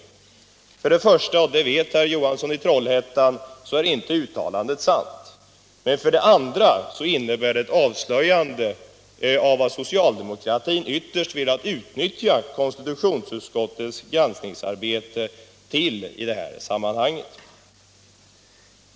För det första — och det vet herr Johansson i Trollhättan — är detta uttalande inte sant, och för det andra innebär det ett avslöjande av vad socialdemokratin ytterst velat utnyttja konstitutionsutskottets granskningsarbete till i det här sammanhanget.